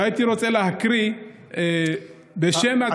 והייתי רוצה להקריא בשם הציבור,